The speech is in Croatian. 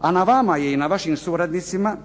a na vama je i na vašim suradnicima